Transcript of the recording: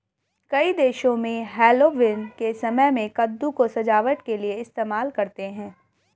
कई देशों में हैलोवीन के समय में कद्दू को सजावट के लिए इस्तेमाल करते हैं